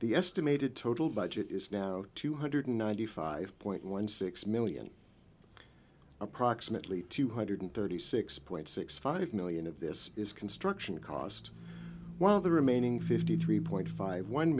the estimated total budget is now two hundred ninety five point one six million approximately two hundred thirty six point six five million of this is construction cost while the remaining fifty three point five one